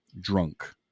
drunk